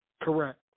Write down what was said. Correct